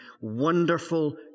wonderful